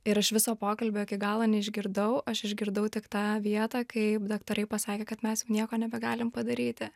ir aš viso pokalbio iki galo neišgirdau aš išgirdau tik tą vietą kaip daktarai pasakė kad mes nieko nebegalim padaryti